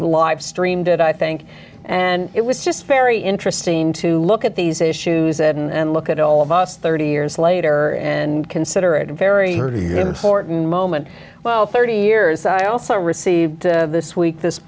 lifestream did i think and it was just very interesting to look at these issues and look at all of us thirty years later and considerate a very important moment well thirty years i also received this week this